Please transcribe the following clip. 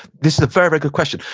this is a very, very, good question.